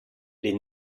les